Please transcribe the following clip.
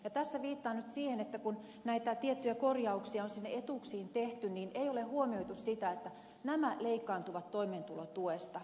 tässä viittaan nyt siihen että kun näitä tiettyjä korjauksia on sinne etuuksiin tehty ei ole huomioitu sitä että nämä leikkaantuvat toimeentulotuesta